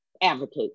advocate